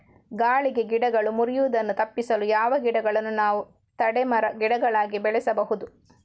ಗಾಳಿಗೆ ಗಿಡಗಳು ಮುರಿಯುದನ್ನು ತಪಿಸಲು ಯಾವ ಗಿಡಗಳನ್ನು ನಾವು ತಡೆ ಮರ, ಗಿಡಗಳಾಗಿ ಬೆಳಸಬಹುದು?